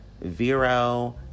Vero